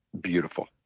beautiful